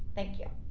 thank you.